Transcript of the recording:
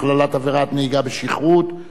הכללת עבירת נהיגה בשכרות).